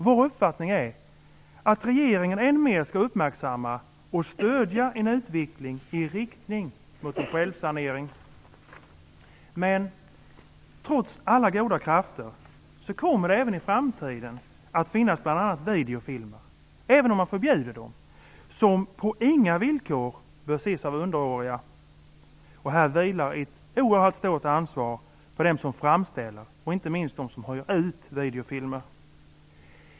Vår uppfattning är att regeringen än mer skall uppmärksamma och stödja en utveckling i riktning mot en självsanering. Men trots alla goda krafter kommer det även i framtiden att finnas bl.a. videofilmer som, även om man förbjuder dem, på inga villkor bör ses av underåriga. Här vilar ett oerhört stort ansvar på dem som framställer och inte minst på dem som hyr ut videofilmer.